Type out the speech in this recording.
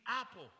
apple